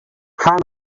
حان